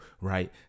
right